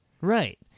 Right